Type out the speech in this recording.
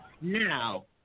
Now